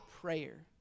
prayer